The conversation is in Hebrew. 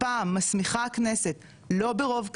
הפעם מסמיכה הכנסת לא ברוב קטן,